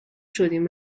شدیم